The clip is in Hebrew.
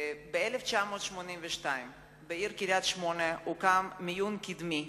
ב-1982 הוקם בעיר קריית-שמונה חדר מיון קדמי,